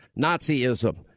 Nazism